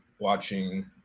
watching